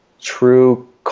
true